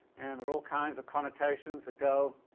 and there all kinds of connotations that go